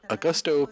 Augusto